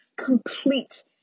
complete